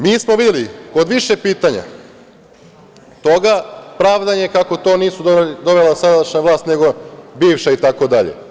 Mi smo videli kod više pitanja toga pravdanje kako to nije donela sadašnja vlast, nego bivša itd.